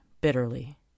bitterly